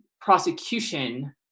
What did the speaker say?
prosecution